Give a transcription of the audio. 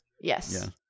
Yes